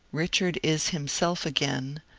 richard is himself again,